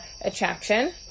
attraction